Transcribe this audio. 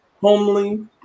homely